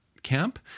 camp